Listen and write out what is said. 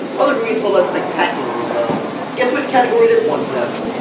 other movies hold up spectacularly well. guess which category this one's in.